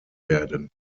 werden